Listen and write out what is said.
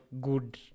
good